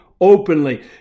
openly